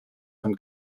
von